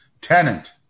Tenant